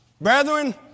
Brethren